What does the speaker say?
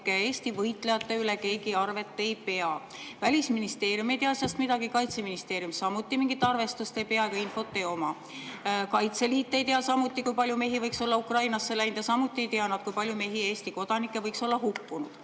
Eesti võitlejate üle keegi arvet ei pea. Välisministeerium ei tea asjast midagi, Kaitseministeerium samuti mingit arvestust ei pea ega infot ei oma. Kaitseliit ei tea samuti, kui palju mehi võiks olla Ukrainasse läinud, ja samuti ei tea nad, kui palju mehi, Eesti kodanikke, võiks olla hukkunud. Ma